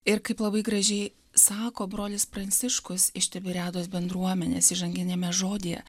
ir kaip labai gražiai sako brolis pranciškus iš tiberiados bendruomenės įžanginiame žodyje